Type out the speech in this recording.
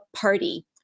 party